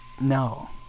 No